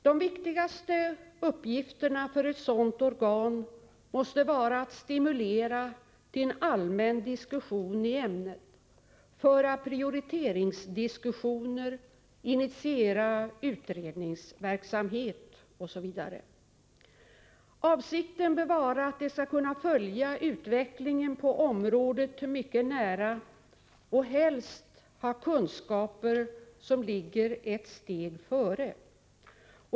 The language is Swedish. De viktigaste uppgifterna för ett sådant organ måste vara att stimulera till en allmän diskussion i ämnet, föra prioriteringsdiskussioner, initiera utredningsverksamhet osv. Avsikten bör vara att det skall kunna följa utvecklingen på området mycket nära och helst ha kunskaper, som ligger ”ett steg före”.